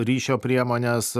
ryšio priemones